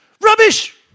Rubbish